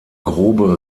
grobe